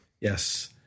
Yes